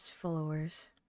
followers